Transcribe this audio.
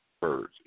birds